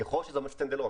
ככל שזה עומד stand alone,